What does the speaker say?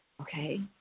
Okay